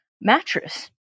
mattress